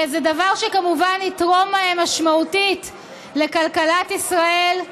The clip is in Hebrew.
זה דבר שכמובן יתרום משמעותית לכלכלת ישראל,